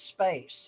space